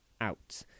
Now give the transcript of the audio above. out